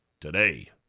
today